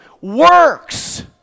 works